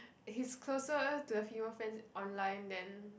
he's closer to the female friends online than